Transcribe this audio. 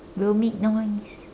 will make noise